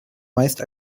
meist